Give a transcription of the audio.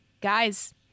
guys